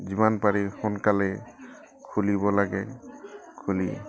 যিমান পাৰি সোনকালে খুলিব লাগে খুলি